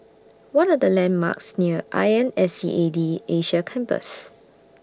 What Are The landmarks near I N S E A D Asia Campus